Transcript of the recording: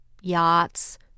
yachts